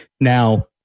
Now